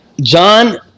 John